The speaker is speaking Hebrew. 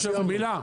לא, סיימנו.